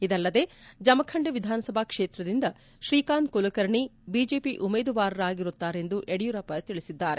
ಇದಲ್ಲದೆ ಜಮಖಂಡಿ ವಿಧಾನಸಭಾ ಕ್ಷೇತ್ರದಿಂದ ಶ್ರೀಕಾಂತ್ ಕುಲಕರ್ಣಿ ಬಿಜೆಪಿ ಉಮೇದುವಾರರಾಗಿರುತ್ತಾರೆಂದು ಯಡಿಯೂರಪ್ಪ ತಿಳಿಸಿದ್ದಾರೆ